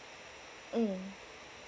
mm